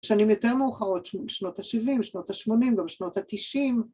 ‫שנים יותר מאוחרות, ‫שנות ה-70, שנות ה-80, גם שנות ה-90.